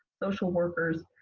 social workers,